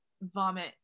vomit